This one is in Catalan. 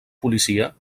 policia